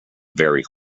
very